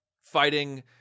fighting